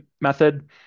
method